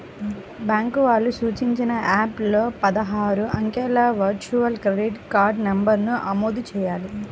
bank వాళ్ళు సూచించిన app లో పదహారు అంకెల వర్చువల్ క్రెడిట్ కార్డ్ నంబర్ను ఆమోదించాలి